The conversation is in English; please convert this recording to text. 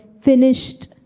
finished